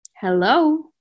Hello